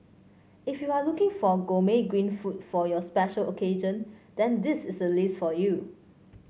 if you are looking for gourmet green food for your special occasion then this is a list for you